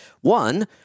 One